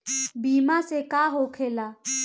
बीमा से का होखेला?